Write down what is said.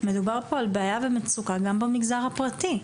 מדובר פה על בעיה ומצוקה גם במגזר הפרטי.